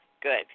good